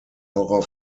horror